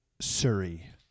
Surrey